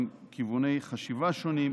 עם כיווני חשיבה שונים,